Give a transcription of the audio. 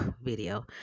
video